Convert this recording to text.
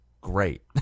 great